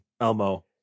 elmo